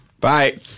Bye